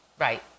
Right